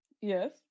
Yes